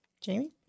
Jamie